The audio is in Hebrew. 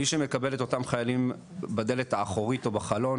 מי שמקבל את אותם חיילים בדלת האחורית או בחלון,